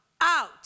Out